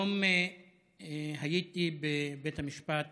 היום הייתי בבית המשפט